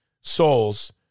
souls